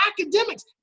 academics